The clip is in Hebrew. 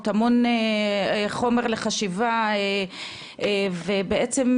המון חומר לחשיבה ובעצם,